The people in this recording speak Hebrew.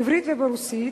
בעברית וברוסית,